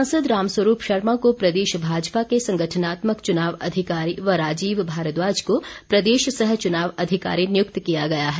सांसद रामस्वरूप शर्मा को प्रदेश भाजपा के संगठनात्मक चुनाव अधिकारी व राजीव भारद्वाज को प्रदेश सह चुनाव अधिकारी नियुक्त किया गया है